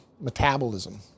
metabolism